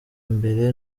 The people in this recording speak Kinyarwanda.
mbere